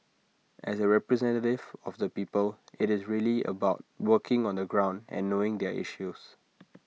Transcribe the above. as A representative of the people IT is really about working on the ground and knowing their issues